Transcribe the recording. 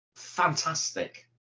fantastic